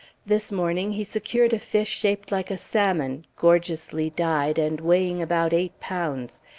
this morning he secured a fish shaped like a salmon, gorgeously dyed, and weighing about eight pounds.